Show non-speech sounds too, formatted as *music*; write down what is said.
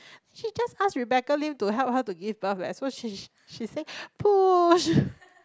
she just ask Rebecca-Lim to help her to give birth eh so she she say push *laughs*